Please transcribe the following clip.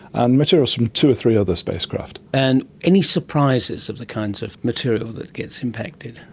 and materials from two or three other spacecraft. and any surprises of the kinds of material that gets impacted?